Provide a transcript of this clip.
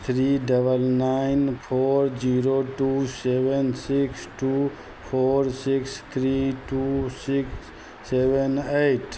three dubble nine four zero two seven six two four six three two six seven eight